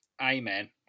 Amen